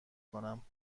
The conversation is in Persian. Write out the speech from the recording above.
کنم